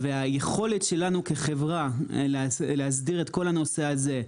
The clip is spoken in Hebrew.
והיכולת שלנו כחברה להסדיר את כל הנושא הזה,